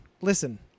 listen